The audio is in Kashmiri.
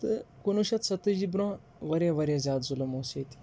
تہٕ کُنوُہ شَتھ ستٲجی برونٛہہ واریاہ واریاہ زیادٕ ظُلم اوس ییٚتہِ